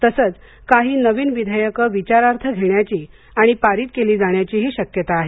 तसंच काही नवीन विधेयक विचारार्थ घेण्याची आणि पारित केली जाण्याची शक्यता आहे